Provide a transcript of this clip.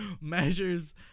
measures